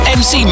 mc